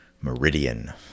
meridian